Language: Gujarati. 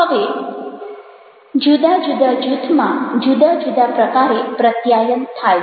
હવે જુદા જુદા જુદાં જૂથમાં જુદા જુદા પ્રકારે પ્રત્યાયન થાય છે